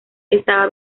estaba